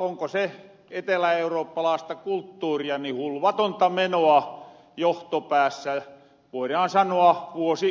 onko se eteläeurooppalaista kulttuuria hulvatonta menoa johtopäässä voidaan sanoa vuosikymmenet